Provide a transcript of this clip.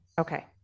Okay